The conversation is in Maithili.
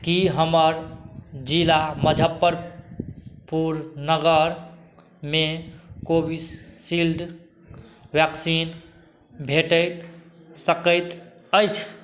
कि हमर जिला मजफ्फरपुर नगरमे कोविशील्ड वैक्सीन भेटि सकैत अछि